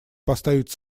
поставить